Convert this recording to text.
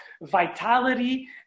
vitality